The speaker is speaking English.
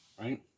right